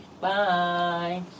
Bye